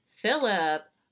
Philip